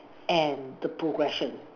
and the progression